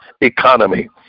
economy